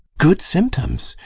good symptoms!